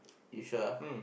you sure ah